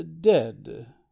dead